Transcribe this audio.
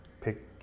pick